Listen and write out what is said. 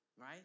right